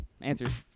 Answers